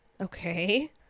Okay